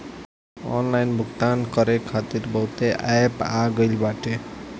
online भुगतान करे खातिर बहुते एप्प आ गईल बाटे